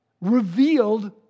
revealed